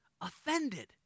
offended